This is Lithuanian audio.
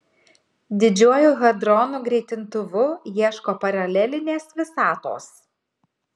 didžiuoju hadronų greitintuvu ieško paralelinės visatos